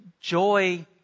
joy